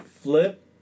flip